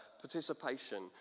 participation